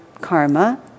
karma